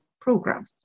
program